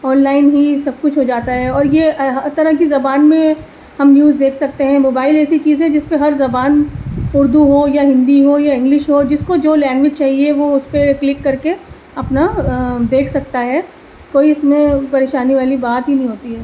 online ہی سب کچھ ہو جاتا ہے اور یہ ہر طرح کی زبان میں ہم نیوز دیکھ سکتے ہیں موبائل ایسی چیز ہے جس پہ ہر زبان اردو ہو یا ہندی ہو یا انگلش ہو جس کو جو لینگویج چاہیے وہ اس پہ کلک کر کے اپنا دیکھ سکتا ہے کوئی اس میں پریشانی والی بات ہی نہیں ہوتی ہے